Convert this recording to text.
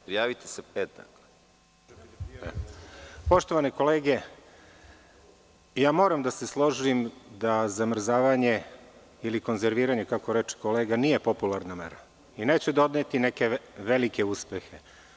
Poštovane kolege, moram da se složim da zamrzavanje ili konzerviranje, kako reče kolega, nije popularna mera i neće doneti neke velike uspehe.